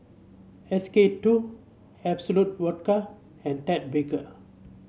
S K two Absolut Vodka and Ted Baker